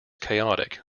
chaotic